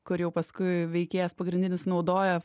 kur jau paskui veikėjas pagrindinis naudoja